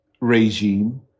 regime